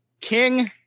King